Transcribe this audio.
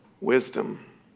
wisdom